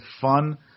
fun